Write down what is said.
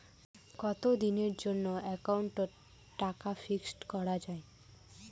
কতদিনের জন্যে একাউন্ট ওত টাকা ফিক্সড করা যায়?